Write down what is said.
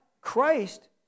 Christ